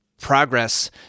Progress